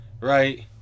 right